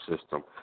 system